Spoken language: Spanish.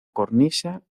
cornisa